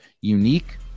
unique